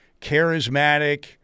charismatic